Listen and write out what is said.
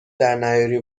درنیاری